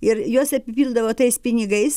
ir juos apipildavo tais pinigais